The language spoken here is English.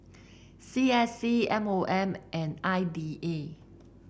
C S C M O M and I D A